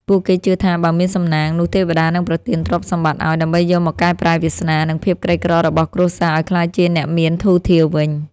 ពួកគេជឿថា បើមានសំណាង នោះទេវតានឹងប្រទានទ្រព្យសម្បត្តិឱ្យ ដើម្បីយកមកកែប្រែវាសនា និងភាពក្រីក្ររបស់គ្រួសារឱ្យក្លាយជាអ្នកមានធូរធារវិញ។